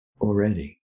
already